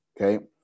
okay